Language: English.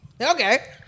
Okay